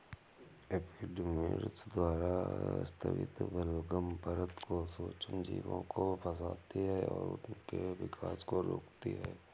epidermis द्वारा स्रावित बलगम परत जो सूक्ष्मजीवों को फंसाती है और उनके विकास को रोकती है